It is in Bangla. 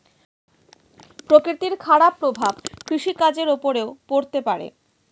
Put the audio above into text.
প্রকৃতির খারাপ প্রভাব কৃষিকাজের উপরেও পড়তে পারে